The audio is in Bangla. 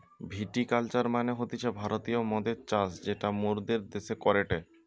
ভিটি কালচার মানে হতিছে ভারতীয় মদের চাষ যেটা মোরদের দ্যাশে করেটে